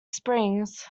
springs